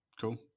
cool